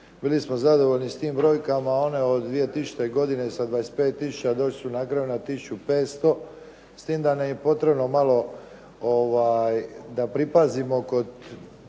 bili smo zadovoljni s tim brojkama a one od 2000. godine sa 25 tisuća došli su na kraju na 1500 s tim da nam je potrebno malo da pripazimo kod